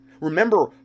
Remember